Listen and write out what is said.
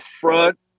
front